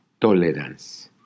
tolerance